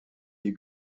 des